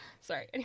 Sorry